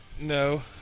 No